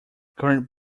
current